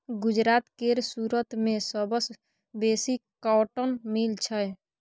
गुजरात केर सुरत मे सबसँ बेसी कॉटन मिल छै